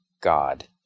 God